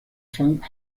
frank